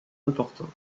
important